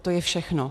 To je všechno.